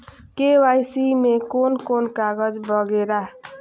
KYC में कोन कोन कागज वगैरा?